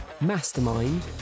mastermind